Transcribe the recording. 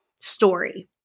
Story